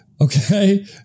okay